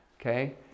okay